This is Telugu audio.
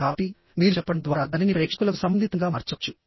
కాబట్టి మీరు చెప్పడం ద్వారా దానిని ప్రేక్షకులకు సంబంధితంగా మార్చవచ్చు